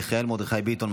מיכאל מרדכי ביטון,